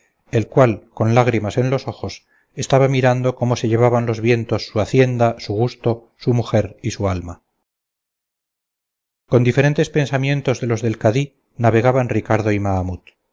el cual con lágrimas en los ojos estaba mirando cómo se llevaban los vientos su hacienda su gusto su mujer y su alma con diferentes pensamientos de los del cadí navegaban ricardo y mahamut